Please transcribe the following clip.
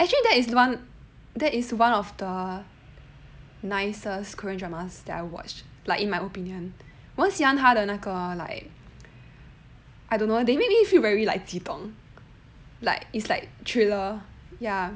actually that is one that is one of the nicest korean dramas that I watched like in my opinion 我很喜欢他的那个 like I don't know they make me feel very like 激动 like it's like thriller ya